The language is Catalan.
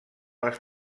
les